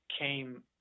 came